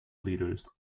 leaders